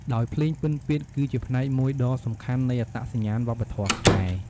ដោយភ្លេងពិណពាទ្យគឺជាផ្នែកមួយដ៏សំខាន់នៃអត្តសញ្ញាណវប្បធម៌ខ្មែរ។